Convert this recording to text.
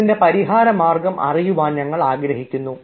ഇതിൻറെ പരിഹാരമാർഗ്ഗം അറിയാൻ ഞങ്ങൾ ആഗ്രഹിക്കുന്നു